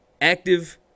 active